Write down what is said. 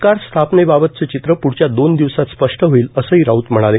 सरकार स्थापनेबाबतचं चित्र प्ढच्या दोन दिवसांत स्पष्ट होईल असंही राऊत म्हणाले